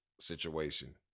situation